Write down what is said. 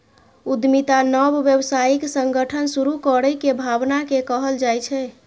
उद्यमिता नव व्यावसायिक संगठन शुरू करै के भावना कें कहल जाइ छै